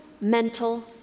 mental